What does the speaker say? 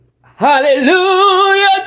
Hallelujah